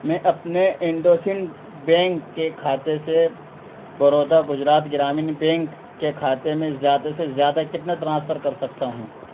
میں اپنے IndusInd bank کے کھاتے سے بڑودا گجرات گرامین بینک کے کھاتے میں زیادہ سے زیادہ کتنا ٹرانسفر کر سکتا ہوں